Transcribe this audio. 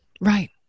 Right